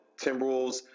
Timberwolves